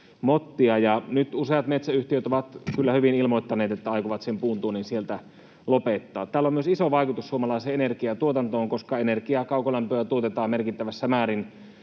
Nyt useat metsäyhtiöt ovat kyllä hyvin ilmoittaneet, että aikovat sen puuntuonnin sieltä lopettaa. Tällä on myös iso vaikutus suomalaiseen energiantuotantoon, koska energiaa, kaukolämpöä, tuotetaan merkittävässä määrin